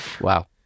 Wow